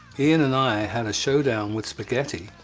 ian and i had a showdown with spaghetti,